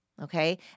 okay